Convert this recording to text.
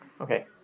Okay